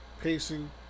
pacing